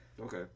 Okay